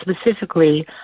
specifically